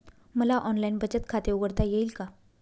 मला ऑनलाइन बचत खाते उघडता येईल का?